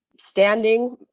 standing